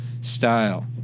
style